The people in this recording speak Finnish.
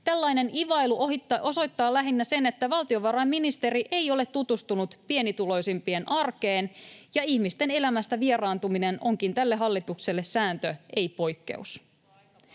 Tällainen ivailu osoittaa lähinnä sen, että valtiovarainministeri ei ole tutustunut pienituloisimpien arkeen. Ihmisten elämästä vieraantuminen onkin tälle hallitukselle sääntö, ei poikkeus.